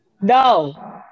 No